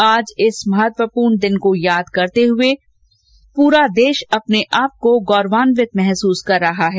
आज इस महत्वपूर्ण दिन को याद करते हए पूरा देश अपने आप को गौरवान्वित महसूस कर रहा है